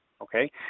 okay